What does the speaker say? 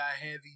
Heavy